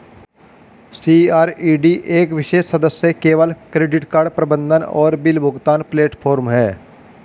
CRED एक विशेष सदस्य केवल क्रेडिट कार्ड प्रबंधन और बिल भुगतान प्लेटफ़ॉर्म है